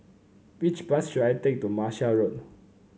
which bus should I take to Martia Road